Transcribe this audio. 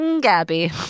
Gabby